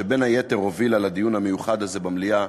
שבין היתר הובילה לדיון המיוחד הזה במליאה